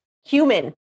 human